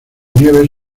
nieves